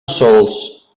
sols